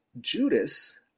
Judas